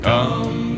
Come